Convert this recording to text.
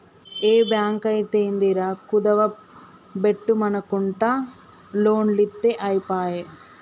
ఏ బాంకైతేందిరా, కుదువ బెట్టుమనకుంట లోన్లిత్తె ఐపాయె